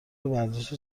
ورزش